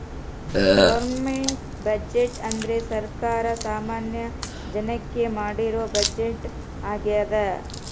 government budget ಅಂದ್ರೆ ಸರ್ಕಾರ ಸಾಮಾನ್ಯ ಜನಕ್ಕೆ ಮಾಡಿರೋ ಬಜೆಟ್ ಆಗ್ಯದ